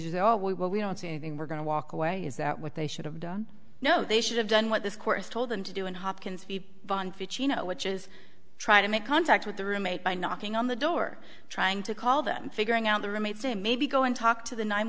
all we will we don't see anything we're going to walk away is that what they should have done no they should have done what this course told them to do in hopkins cino which is try to make contact with the roommate by knocking on the door trying to call them figuring out the roommate say maybe go and talk to the nine